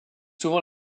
souvent